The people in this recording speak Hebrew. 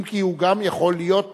אם כי הוא גם יכול להיות,